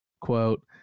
quote